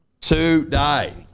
Today